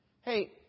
Hey